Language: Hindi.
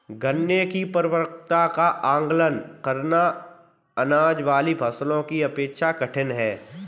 गन्ने की परिपक्वता का आंकलन करना, अनाज वाली फसलों की अपेक्षा कठिन है